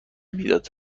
میدادن